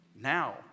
now